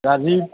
Rajiv